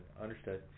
Understood